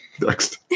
Next